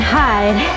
hide